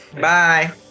Bye